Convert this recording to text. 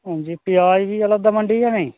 हां जी प्याज़ बी लभदा मंडी जां नेईं